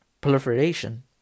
Proliferation